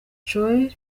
choir